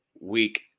week